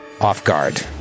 off-guard